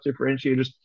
differentiators